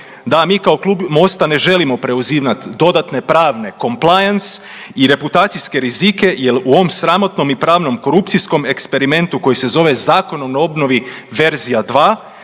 Da mi kao klub MOST-a ne želimo preuzimati dodatne pravne compean's i reputacijske rizike, jer u ovom sramotnom i pravnom korupcijskom eksperimentu koji se zove Zakon o obnovi verzija